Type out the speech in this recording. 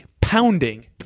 pounding